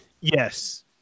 Yes